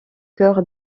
cœur